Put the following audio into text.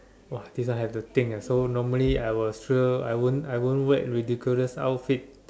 !wah! this one have to think ah so normally I will sure I won't I won't wear ridiculous outfit